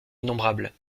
innombrables